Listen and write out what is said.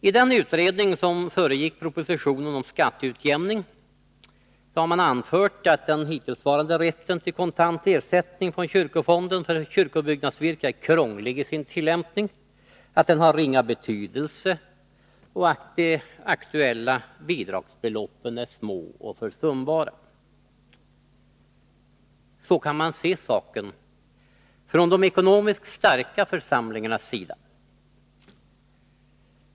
I den utredning som föregick propositionen om skatteutjämning har anförts att den hittillsvarande rätten till kontant ersättning från kyrkofonden för kyrkobyggnadsvirke är krånglig i sin tillämpning, att den har ringa betydelse och att de aktuella bidragsbeloppen är små och försumbara. Så kan man se saken från de ekonomiskt starka församlingarnas sida.